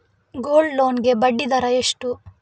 Gold loan ಗೆ ಬಡ್ಡಿ ದರ ಎಷ್ಟು?